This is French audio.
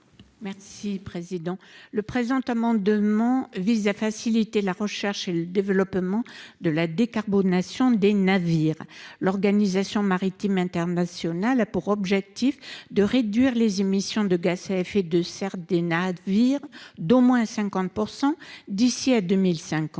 Denise Saint-Pé. Cet amendement vise à faciliter la recherche et le développement de la décarbonation des navires. L'Organisation maritime internationale a pour objectif de réduire les émissions de gaz à effet de serre des navires d'au moins 50 % d'ici à 2050.